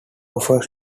offers